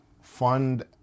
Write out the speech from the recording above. fund